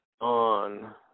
on